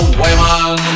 women